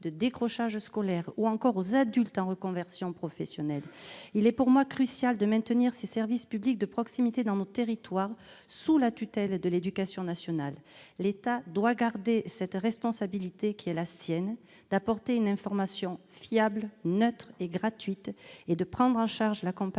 de décrochage scolaire ou encore aux adultes en reconversion professionnelle. Il est pour moi crucial de maintenir ces services publics de proximité dans nos territoires, sous la tutelle de l'éducation nationale. L'État doit conserver la responsabilité d'apporter une information fiable, neutre et gratuite. Il lui appartient de prendre en charge l'accompagnement